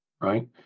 right